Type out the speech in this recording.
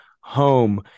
home